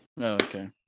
okay